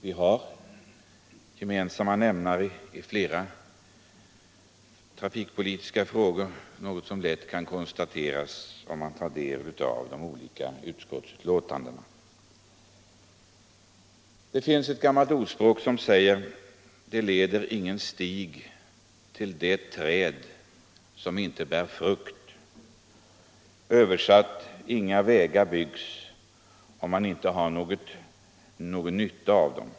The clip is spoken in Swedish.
Vi har gemensamma nämnare i flera trafikpolitiska frågor, något som lätt kan konstateras, om man tar del av de olika utskottsbetänkandena. Ett gammalt ordspråk säger: Det leder ingen stig till det träd som inte bär frukt. I översättning lyder det: Inga vägar byggs om man inte har någon nytta av dem.